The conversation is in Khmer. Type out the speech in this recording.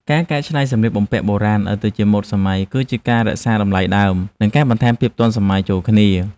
ការកែច្នៃសម្លៀកបំពាក់បុរាណឱ្យទៅជាម៉ូដសម័យ គឺជាការរក្សាតម្លៃដើម និងការបន្ថែមភាពទាន់សម័យចូលគ្នា។